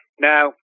now